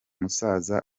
musaza